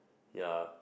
ya